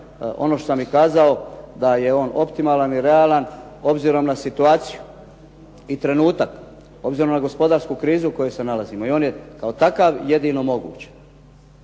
ono što sam i kazao, da je on optimalan i realan obzirom na situaciju i trenutak, obzirom na gospodarsku krizu u kojoj se nalazimo i on je kao takav jedino moguć